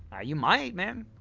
ah, you might, man?